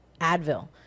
Advil